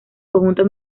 conjunto